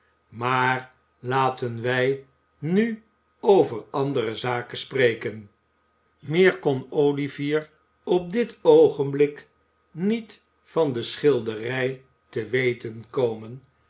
maar laten wij nu over andere zaken spreken meer kon olivier op dit oogenblik niet van de schilderij te weten komen